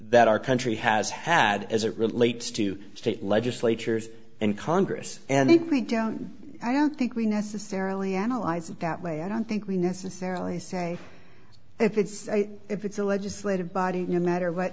that our country has had as it relates to state legislatures and congress and if we don't i don't think we necessarily analyze it that way i don't think we necessarily say if it's if it's a legislative body no matter what